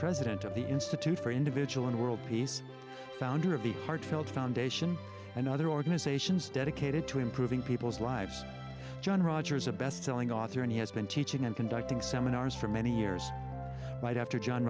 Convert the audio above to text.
president of the institute for individual and world peace founder of the heartfelt foundation and other organizations dedicated to improving people's lives john rogers a bestselling author and he has been teaching and conducting seminars for many years but after john